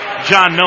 John